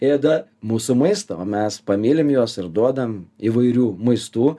ėda mūsų maistą o mes pamylim juos ir duodam įvairių maistų